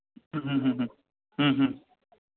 હા હા હા હા હા હા